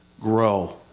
grow